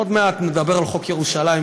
עוד מעט נדבר על חוק ירושלים,